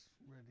ready